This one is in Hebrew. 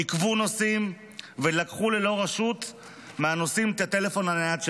עיכבו נוסעים ולקחו ללא רשות מהנוסעים את הטלפון הנייד שלהם.